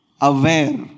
aware